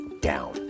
down